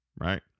right